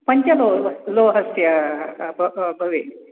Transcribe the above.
पञ्चलो लोहस्य भवेत्